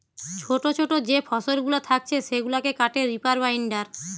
ছোটো ছোটো যে ফসলগুলা থাকছে সেগুলাকে কাটে রিপার বাইন্ডার